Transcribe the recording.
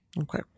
Okay